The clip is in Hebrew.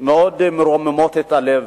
מאוד מרוממות את הלב.